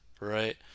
right